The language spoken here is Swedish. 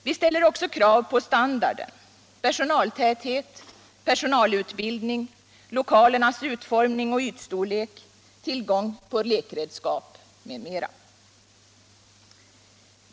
Vi ställer också krav på standarden — personaltäthet, personalutbildning, lokalernas utformning och ytstorlek, tillgång på lekredskap m.m.